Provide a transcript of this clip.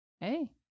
Hey